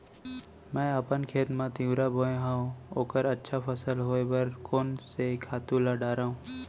मैं अपन खेत मा तिंवरा बोये हव ओखर अच्छा फसल होये बर कोन से खातू ला डारव?